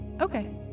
Okay